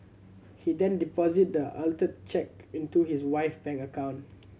he then deposited the altered cheque into his wife bank account